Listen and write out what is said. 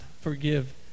forgive